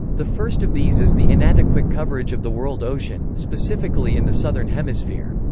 the first of these is the inadequate coverage of the world ocean, specifically in the southern hemisphere.